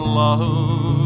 love